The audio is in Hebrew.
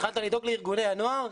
התחלת לדאוג לארגוני הנוער?